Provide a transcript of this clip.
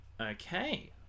Okay